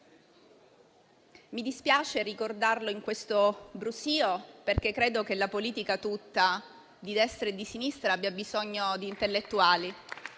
Mi dispiace ricordarlo con questo brusìo, perché credo che la politica tutta, di destra e di sinistra, abbia bisogno di intellettuali